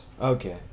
Okay